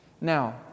Now